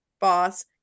boss